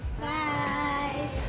Bye